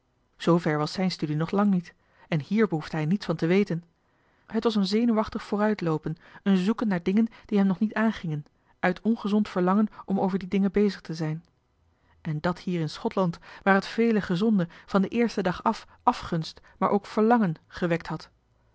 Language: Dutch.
zoover was zijn studie nog lang niet en hier behoefde hij niets van te weten het was een zenuwachtig vooruitloopen johan de meester de zonde in het deftige dorp een zoeken naar dingen die hem nog niet aan gingen uit ongezond verlangen om over die dingen bezig te zijn en dat hier in schotland waar het vele gezonde van den eersten dag af afgunst maar ook verlangen gewekt had